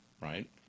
right